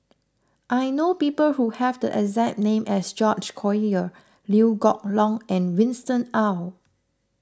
I know people who have the exact name as George Collyer Liew Geok Leong and Winston Oh